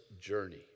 journey